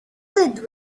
lid